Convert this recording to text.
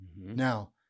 Now